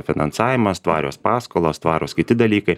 finansavimas tvarios paskolos tvarūs kiti dalykai